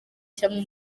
cyangwa